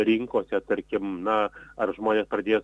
rinkose tarkim na ar žmonės pradės